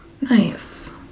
Nice